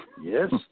yes